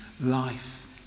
life